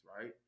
right